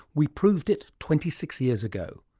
we proved it twenty six years ago.